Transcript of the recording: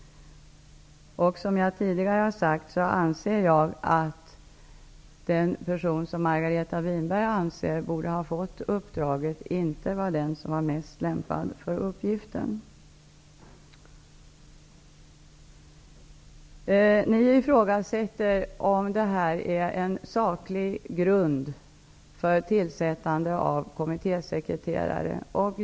Min uppfattning är att den person som Margareta Winberg anser borde ha fått uppdraget inte var den som var bäst lämpad för uppgiften. Ni ifrågasätter om detta är saklig grund för tillsättande av kommittésekreterare.